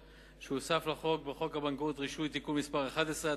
שהוסף לחוק הבנקאות (רישוי) (תיקון מס' 11),